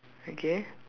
okay